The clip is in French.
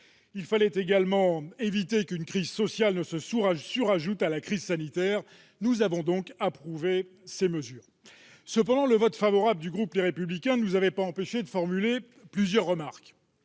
Il fallait également éviter qu'une crise sociale ne s'ajoute à la crise sanitaire. Nous avons donc évidemment approuvé ces mesures. Cependant, le vote favorable du groupe Les Républicains ne l'avait pas empêché de formuler plusieurs remarques.